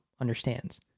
understands